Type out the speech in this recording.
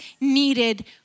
needed